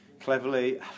Cleverly